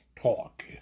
talk